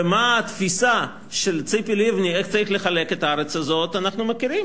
ומה התפיסה של ציפי לבני איך צריך לחלק את הארץ הזאת אנחנו מכירים.